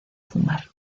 fumar